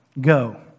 go